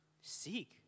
Seek